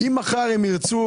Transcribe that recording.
אם מחר ירצו